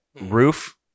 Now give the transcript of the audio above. roof